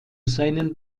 seinen